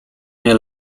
nie